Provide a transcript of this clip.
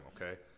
okay